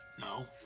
No